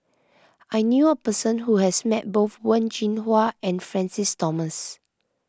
I knew a person who has met both Wen Jinhua and Francis Thomas